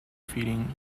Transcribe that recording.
feeding